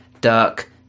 duck